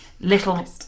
Little